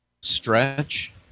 Stretch